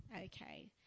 Okay